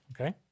okay